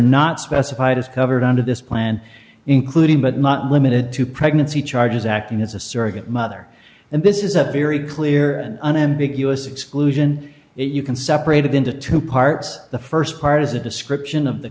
not specified is covered under this plan including but not limited to pregnancy charges acting as a surrogate mother and this is a very clear and unambiguous exclusion if you can separate it into two parts the st part is a description of the